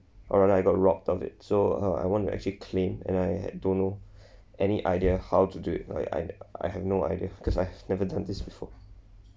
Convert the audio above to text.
or rather i got robbed off it so uh I want to actually claim and I don't know any idea how to do it I I I have no idea cause I have never done this before